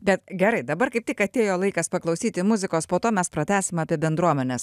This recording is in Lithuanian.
bet gerai dabar kaip tik atėjo laikas paklausyti muzikos po to mes pratęsim apie bendruomenes